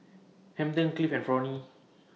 Hampton Cliff and Fronnie